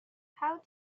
how